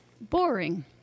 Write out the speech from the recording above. Boring